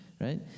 right